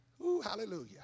Hallelujah